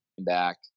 back